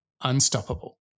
unstoppable